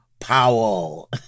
Powell